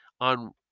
on